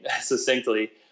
succinctly